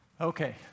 Okay